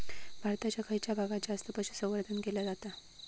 भारताच्या खयच्या भागात जास्त पशुसंवर्धन केला जाता?